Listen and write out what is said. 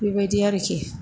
बेबायदि आरखि